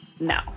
No